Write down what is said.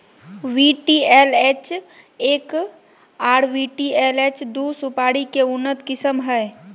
VTLH एक आर V T L H दू सुपारी के उन्नत किस्म हय